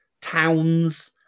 towns